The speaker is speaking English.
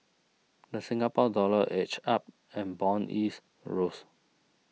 the Singapore Dollar edged up and bond yields rose